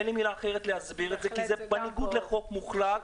אין לי מילה אחרת להסביר את זה כי זה בניגוד מוחלט לחוק.